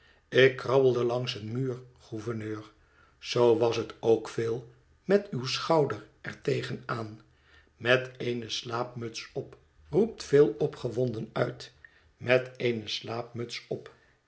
ik krabbelde langs een muur gouverneur zoo was het ook phil met uw schouder er tegen aan met eene slaapmuts op roept phil opgewonden uit met eene slaapmuts op